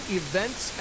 events